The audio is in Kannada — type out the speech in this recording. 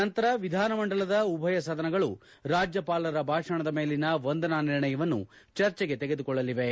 ನಂತರ ವಿಧಾನಮಂಡಲದ ಉಭಯ ಸದನಗಳು ರಾಜ್ಯಪಾಲರ ಭಾಷಣದ ಮೇಲಿನ ವಂದನಾ ನಿರ್ಣಯವನ್ನು ಚರ್ಚೆಗೆ ತೆಗೆದುಕೊಳ್ಳಲಿವೆ